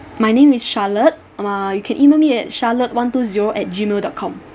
my name is charlotte uh you can email me at charlotte one two zero at gmail dot com